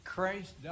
Christ